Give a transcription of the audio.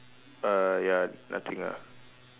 uh ya nothing ah